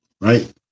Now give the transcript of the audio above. right